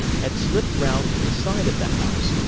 had slipped round to the side of the house,